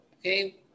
okay